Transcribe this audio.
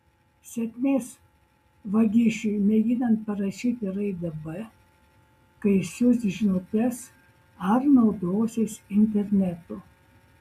sėkmės vagišiui mėginant parašyti raidę b kai siųs žinutes ar naudosis internetu